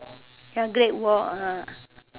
ya great world ah